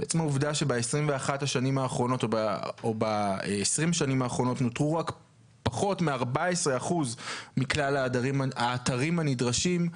עצם העובדה שב-20 השנים האחרונות נוטרו פחות מ-14% מכלל האתרים הנדרשים,